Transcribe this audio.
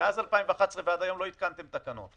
מאז 2011 ועד היום לא התקנתם תקנות.